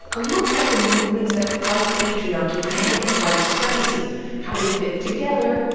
a look at the movements that fight patriarchy and white supremacy how they fit together,